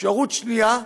אפשרות שנייה,